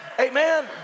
Amen